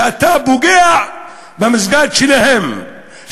שאתה פוגע במסגד שלהם,